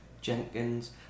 Jenkins